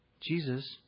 Jesus